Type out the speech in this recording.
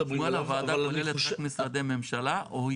הוועדה כוללת רק משרדי ממשלה או היא